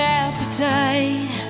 appetite